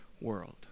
world